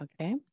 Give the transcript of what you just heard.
Okay